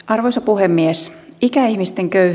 arvoisa puhemies ikäihmisten